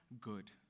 good